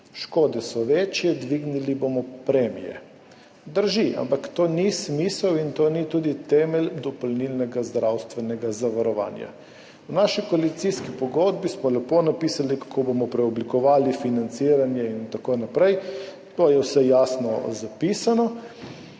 škode so večje, dvignili bomo premije. Drži, ampak to ni smisel in to tudi ni temelj dopolnilnega zdravstvenega zavarovanja. V naši koalicijski pogodbi smo lepo napisali, kako bomo preoblikovali financiranje in tako naprej, to je vse jasno zapisano.